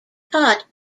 taught